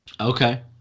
Okay